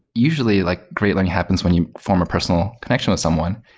usually like great learning happens when you form a personal connection with someone.